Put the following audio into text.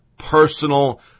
personal